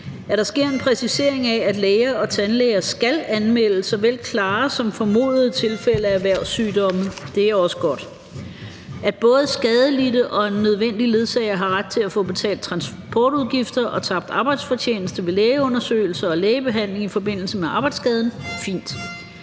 At der sker en præcisering af, at læger og tandlæger skal anmelde såvel klare som formodede tilfælde af erhvervssygdomme, er også godt. At både skadelidte og en nødvendig ledsager har ret til at få betalt transportudgifter og tabt arbejdsfortjeneste ved lægeundersøgelse og lægebehandling i forbindelse med arbejdsskaden, er fint.